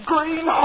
Green